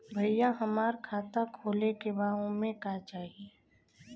भईया हमार खाता खोले के बा ओमे का चाही?